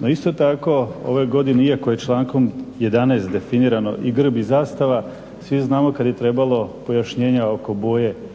No isto tako ove godine iako je člankom 11.definirano i grb i zastava, svi znamo kada je trebalo pojašnjenja oko boje